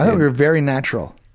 ah were very natural.